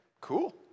cool